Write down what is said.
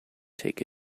take